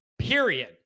Period